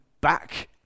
back